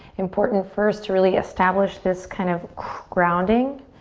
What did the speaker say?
important first to really establish this kind of grounding.